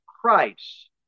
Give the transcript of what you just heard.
Christ